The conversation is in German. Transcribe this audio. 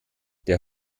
der